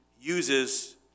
uses